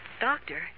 doctor